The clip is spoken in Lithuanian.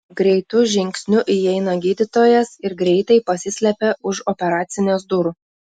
greitu žingsniu įeina gydytojas ir greitai pasislepia už operacinės durų